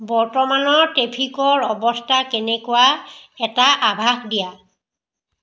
বৰ্তমানৰ ট্ৰেফিকৰ অৱস্থা কেনেকুৱা এটা আভাস দিয়া